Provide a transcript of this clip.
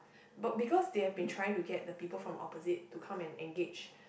but because they have been trying to get the people from opposite to come and engage